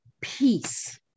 peace